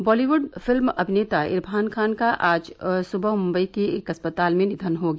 Bollywood film अभिनेता इरफान खान का आज सुबह मुंबई के एक अस्पताल में निधन हो गया